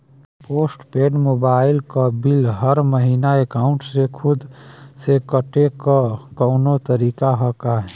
Post paid mobile क bill हर महिना एकाउंट से खुद से कटे क कौनो तरीका ह का?